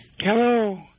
Hello